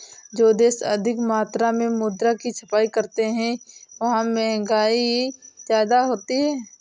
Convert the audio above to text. जो देश अधिक मात्रा में मुद्रा की छपाई करते हैं वहां महंगाई ज्यादा होती है